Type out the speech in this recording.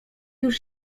już